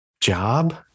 job